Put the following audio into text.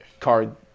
card